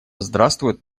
здравствует